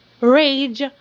rage